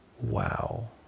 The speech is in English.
wow